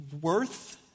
worth